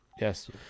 Yes